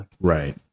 right